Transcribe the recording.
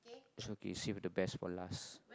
it's okay see with the best for last